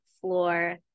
floor